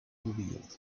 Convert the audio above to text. revealed